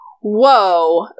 whoa